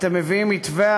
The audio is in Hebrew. אתם מביאים מתווה,